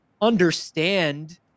understand